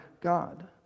God